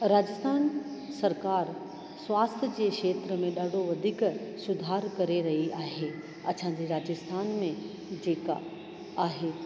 राजस्थान सरकार स्वास्थ्य जे क्षेत्र में ॾाढो वधीक सुधारु करे रही आहे असांजे राजस्थान में जेका आहे